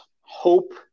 hope